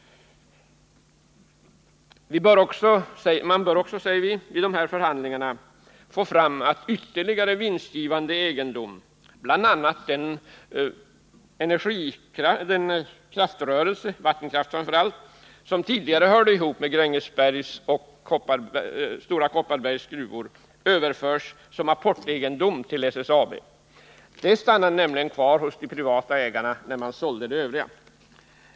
Vidare bör, säger vi, förhandlingarna syfta till att ytterligare vinstgivande egendom, bl.a. den kraftrörelse — vattenkraft framför allt — som tidigare hörde ihop med Grängesbergs och Stora Kopparbergs gruvor, överförs som apportegendom till SSAB. Den stannade nämligen kvar hos de privata ägarna när de sålde det övriga.